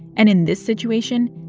and in this situation,